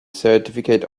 certificate